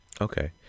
Okay